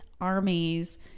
armies